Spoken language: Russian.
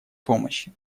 помощи